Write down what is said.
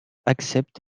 accepte